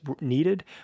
needed